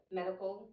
medical